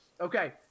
Okay